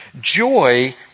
Joy